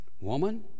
woman